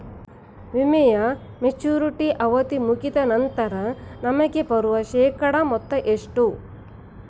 ವಿಮೆಯ ಮೆಚುರಿಟಿ ಅವಧಿ ಮುಗಿದ ನಂತರ ನಮಗೆ ಬರುವ ಶೇಕಡಾ ಮೊತ್ತ ಎಷ್ಟು?